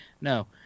no